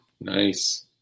nice